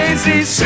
Lazy